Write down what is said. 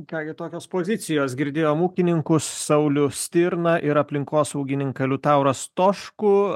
ką gi tokios pozicijos girdėjom ūkininkus saulių stirną ir aplinkosaugininką liutaurą stoškų